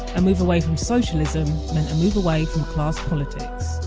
and move away from socialism meant a move away from class politics